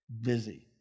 busy